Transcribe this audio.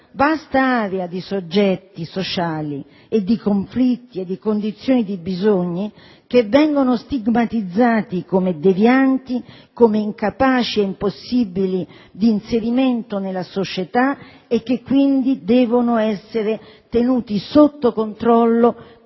vasta area di soggetti sociali, di conflitti, condizioni e bisogni che vengono stigmatizzati come devianti, come incapaci e impossibili di inserimento nella società e che quindi devono essere tenuti sotto controllo